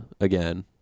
again